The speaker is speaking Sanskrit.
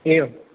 एवम्